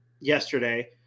yesterday